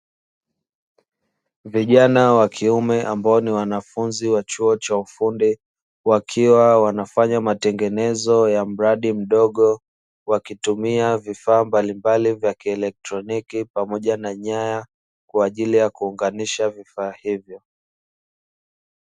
Vijana wa kiume ambao wanafunzi wa chuo cha ufundi wakiwa wanafanya matengenezo ya mradi mdogo wakitumia vifaa mbalimbali vya kieletroniki pamoja na nyaya kwa ajili ya kuunganisha vifaa hivyo.